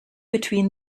between